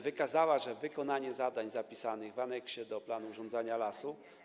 Wykazała ona, że wykonanie zadań zapisanych w aneksie do planu urządzania lasu